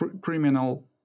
criminal